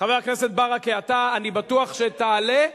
חבר הכנסת ברכה, אני בטוח שתעלה.